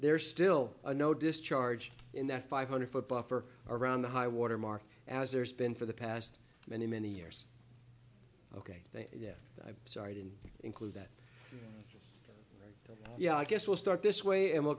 there's still no discharge in that five hundred foot buffer around the high water mark as there has been for the past many many years ok sorry didn't include that yeah i guess we'll start this way and we'll